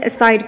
aside